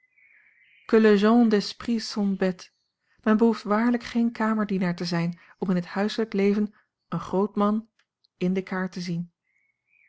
d'esprit sont bêtes men behoeft waarlijk geen kamerdienaar te zijn om in het huislijk leven een groot man in de kaart te zien